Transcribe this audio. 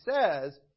says